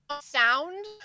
sound